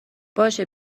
باشه